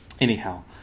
anyhow